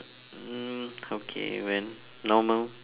mm okay went normal